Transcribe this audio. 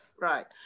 Right